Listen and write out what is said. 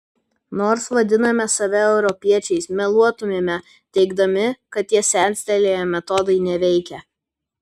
nors vadiname save europiečiais meluotumėme teigdami kad tie senstelėję metodai neveikia